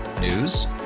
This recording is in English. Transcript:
News